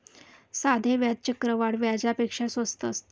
साधे व्याज चक्रवाढ व्याजापेक्षा स्वस्त असते